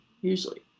usually